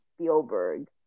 Spielberg